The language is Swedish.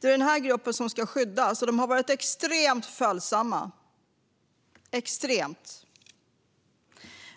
Det är denna grupp som ska skyddas, och denna grupp har varit extremt följsam.